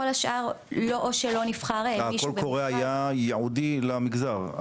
כל השאר או שלא נבחר מישהו במרכז --- הקול הקורא היה ייעודי למגזר?